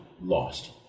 lost